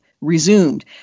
resumed